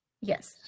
yes